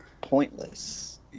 pointless